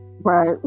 right